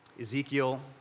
Ezekiel